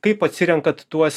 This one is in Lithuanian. kaip atsirenkat tuos